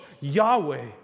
Yahweh